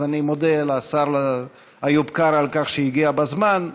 אז אני מודה לשר איוב קרא על כך שהגיע בזמן.